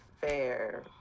fair